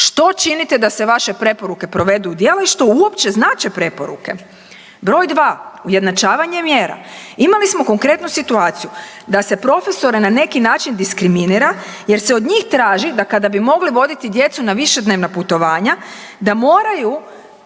što činite da se vaše preporuke provedu u djelo i što uopće znače preporuke. Broj dva, ujednačavanje mjera. Imali smo konkretnu situaciju da se profesore na neki način diskriminira jer se od njih traži da kada bi mogli voditi djecu na višednevna putovanja da moraju